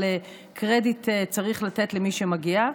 אבל קרדיט צריך לתת למי שמגיע.